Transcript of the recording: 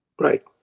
Right